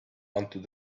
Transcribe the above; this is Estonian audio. antud